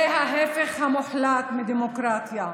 יש מדינה, זה ההפך המוחלט מדמוקרטיה.